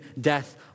death